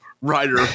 writer